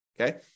Okay